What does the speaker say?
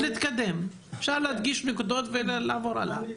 אפשר להדגיש נקודות ולעבור הלאה.